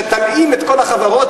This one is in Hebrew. שתלאים את כל החברות,